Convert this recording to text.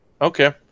Okay